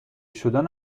شدن